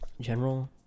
General